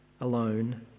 alone